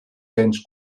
cents